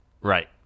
right